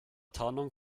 tarnung